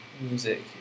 music